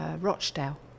Rochdale